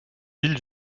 villes